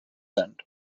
end